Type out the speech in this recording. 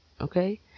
okay